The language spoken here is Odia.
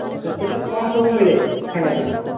ଆଚ୍ଛା ସେଠି କ'ଣ ସବୁ ମିଳେ ଖାଇବା ପାଇଁ